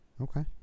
okay